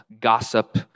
gossip